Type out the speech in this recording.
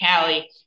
Callie